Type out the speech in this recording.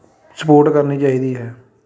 support ਕਰਨੀ ਚਾਹੀਦੀ ਹੈ